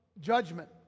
judgment